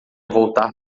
voltar